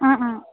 অঁ